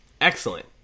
Excellent